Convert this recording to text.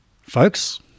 Folks